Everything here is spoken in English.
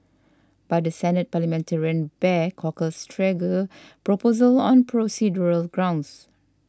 but the senate parliamentarian barred corker's trigger proposal on procedural grounds